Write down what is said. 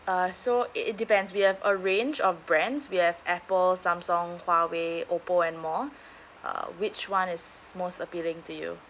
uh so i~ it depends we have a range of brands we have Apple Samsung Huawei Oppo and more uh which one is most appealing to you